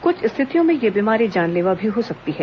कुछ स्थितियों में यह बीमारी जानलेवा भी हो सकती है